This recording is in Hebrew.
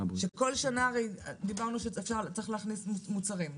שכל שנה הרי דיברנו שצריך להכניס מוצרים,